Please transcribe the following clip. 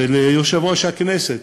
וליושב-ראש הכנסת,